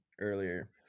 earlier